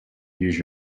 use